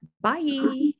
Bye